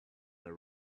the